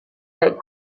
that